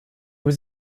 was